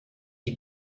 die